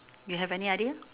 you have any idea